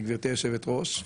גברתי היושבת ראש,